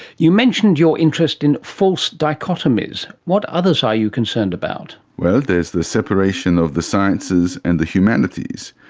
you mentioned your interest in false dichotomies. what others are you concerned about? well, there's the separation of the sciences and the humanities.